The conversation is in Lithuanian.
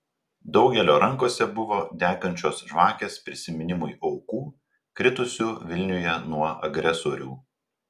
daugelio rankose buvo degančios žvakės prisiminimui aukų kritusių vilniuje nuo agresorių